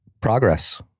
Progress